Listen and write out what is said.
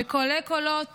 בקולי קולות